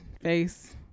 face